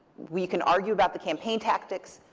we can argue about the campaign tactics.